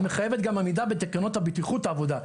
מחייבת גם עמידה בתקנות הבטיחות בעבודה.